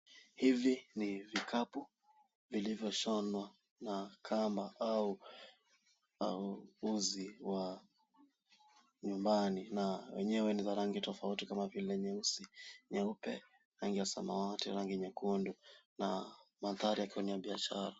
Hivi ni vikapu vilivyoshonwa na kamba au uzi wa nyumbani na wenyewe ni wa rangi tofauti kama vile nyeusi, nyeupe, rangi ya samawati na rangi nyekundu. Na mandhari yakiwa ni ya biashara.